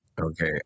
Okay